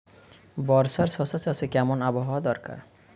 বর্ষার শশা চাষে কেমন আবহাওয়া দরকার?